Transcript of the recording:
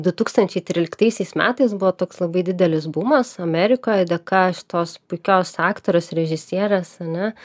du tūkstančiai tryliktaisiais metais buvo toks labai didelis bumas amerikoje dėka šitos puikios aktorės režisierės ar ne